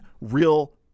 real